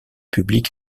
public